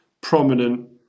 prominent